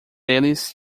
deles